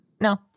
no